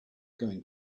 going